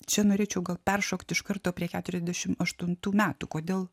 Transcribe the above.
čia norėčiau gal peršokti iš karto prie keturiasdešim aštuntų metų kodėl